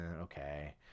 okay